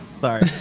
Sorry